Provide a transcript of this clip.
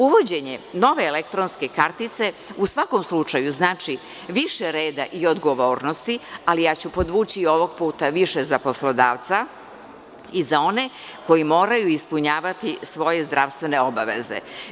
Uvođenje nove elektronske kartice u svakom slučaju znači više reda i odgovornosti, ali ja ću podvući i ovog puta više za poslodavca i za one koji moraju ispunjavati svoje zdravstvene obaveze.